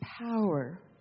power